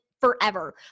forever